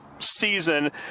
season